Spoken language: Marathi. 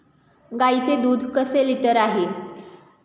गाईचे दूध कसे लिटर आहे?